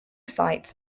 sites